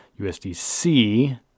USDC